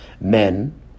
men